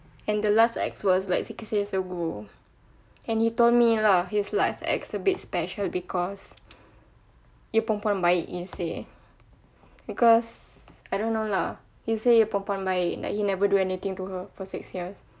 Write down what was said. and the last ex was like six years ago and he told me lah his life is a bit special because dia perempuan baik punya seh because I don't know lah he say perempuan baik like he never do anything to her for six years